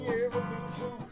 evolution